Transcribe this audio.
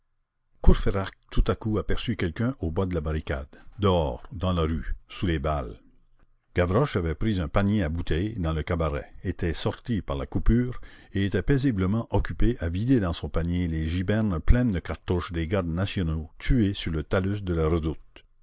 tout à coup aperçut quelqu'un au bas de la barricade dehors dans la rue sous les balles gavroche avait pris un panier à bouteilles dans le cabaret était sorti par la coupure et était paisiblement occupé à vider dans son panier les gibernes pleines de cartouches des gardes nationaux tués sur le talus de la redoute